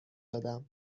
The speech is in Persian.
دادم